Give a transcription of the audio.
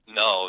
no